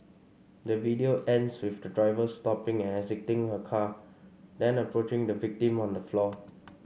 the video ends with the driver stopping and exiting her car then approaching the victim on the floor